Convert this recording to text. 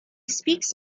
speaks